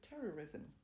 terrorism